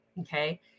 okay